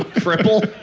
cripple.